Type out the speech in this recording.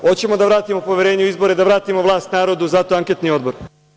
Hoćemo da vratimo poverenje u izbore, da vratimo vlast narodu, zato anketni odbor.